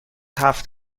هفت